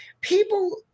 people